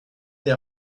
des